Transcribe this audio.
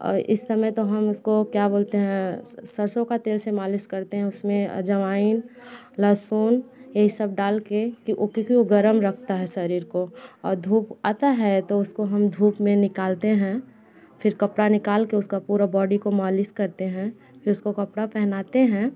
आउ इस समय तो हम उसको क्या बोलते हैं सरसों का तेल से मालिश करते हैं उसमे अजवाइन लहसुन यही सब डाल के की ओ क्योंकि ओ गरम रखता है शरीर को आउ धूप आता है तो उसको हम धूप में निकलते हैं फिर कपड़ा निकाल के उसका पूरा बॉडी को मालिश करते हैं फिर उसको कपड़ा पहनाते हैं